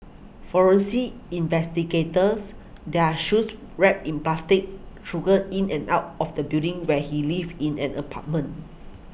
forensic investigators their shoes wrapped in plastic trudged in and out of the building where he lived in an apartment